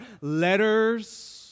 letters